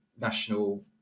national